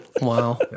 Wow